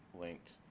linked